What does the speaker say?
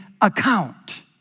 account